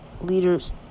leaders